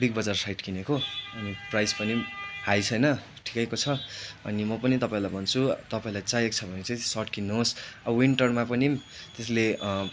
Big Bazaar side किनेको अनि price पनि हाई छैन ठिकैको छ अनि म पनि तपाईँलाई भन्छु तपाईँलाई चाहिएको छ भने चाहिँ सर्ट किन्नुहोस् विन्टरमा पनि त्यसले